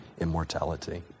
immortality